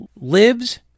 lives